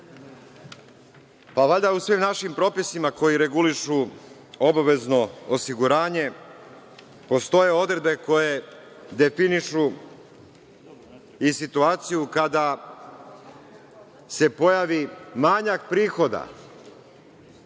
valjda u svim našim propisima koji regulišu obavezno osiguranje postoje odredbe koje definišu i situaciju kada se pojavi manjak prihoda.